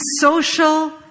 social